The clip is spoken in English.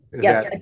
Yes